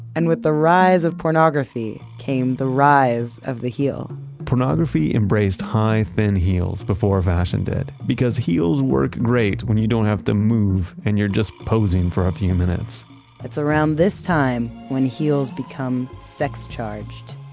and with the rise of pornography came the rise of the heel pornography embraced high, thin heels before fashion did because heels worked great when you don't have to move and you're just posing for a few minutes it's around this time when heels become sex charged.